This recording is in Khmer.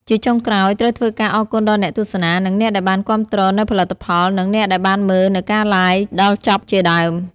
ជាចុងក្រោយត្រូវធ្វើការអរគុណដល់អ្នកទស្សនា និងអ្នកដែលបានគាំទ្រនូវផលិតផល និងអ្នកដែលបានមើលនូវការ Live ដល់ចប់ជាដើម។